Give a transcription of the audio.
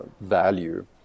value